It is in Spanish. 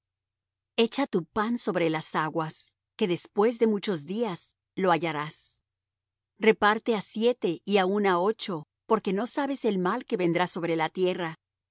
echa tu pan sobre las aguas que después de muchos días lo hallarás reparte á siete y aun á ocho porque no sabes el mal que vendrá sobre la tierra